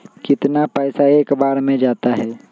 कितना पैसा एक बार में जाता है?